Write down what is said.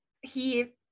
he-